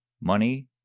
money